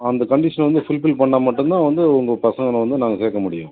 அந்த கண்டீஷன் வந்து ஃபுல்ஃபீல் பண்ணால் மட்டும் தான் வந்து உங்கள் பசங்களை வந்து நாங்கள் சேர்க்க முடியும்